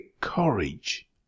courage